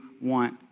want